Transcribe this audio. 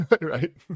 right